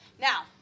now